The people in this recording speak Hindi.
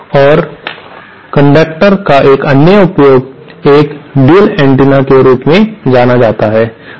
और कंडक्टर का एक अन्य उपयोग एक साझा एंटीना के रूप में जाना जाता है